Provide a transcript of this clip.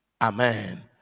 Amen